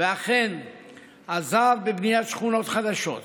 וכן עזר בבניית שכונות חדשות.